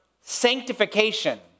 sanctification